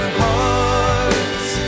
hearts